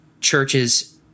churches